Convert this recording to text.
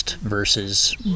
versus